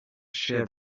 shear